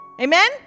Amen